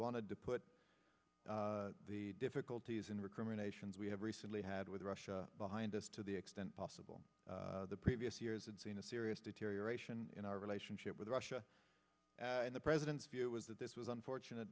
wanted to put the difficulties in recriminations we have recently had with russia behind us to the extent possible the previous years had seen a serious deterioration in our relationship with russia and the president's view was that this was unfortunate